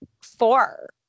four